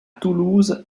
toulouse